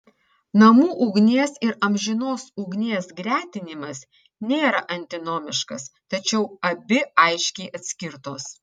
namų ugnies ir amžinos ugnies gretinimas nėra antinomiškas tačiau abi aiškiai atskirtos